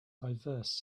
diverse